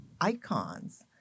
icons